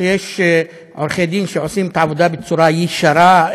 שיש עורכי דין שעושים את העבודה בצורה ישרה,